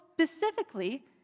specifically